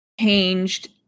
changed